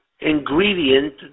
ingredient